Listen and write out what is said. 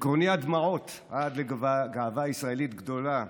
עקרוני עד דמעות, עד לגאווה ישראלית גדולה.